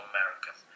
American